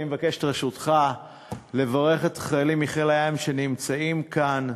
אני מבקש את רשותך לברך את החיילים מחיל הים שנמצאים כאן.